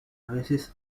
veces